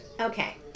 okay